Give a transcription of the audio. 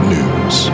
News